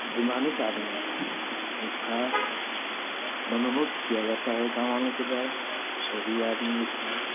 अभिमानित आदमी होता है उसका मनोमुक्त किया जाता है गाँव वालों के द्वारा सभी आदमी उसका